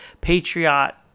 Patriot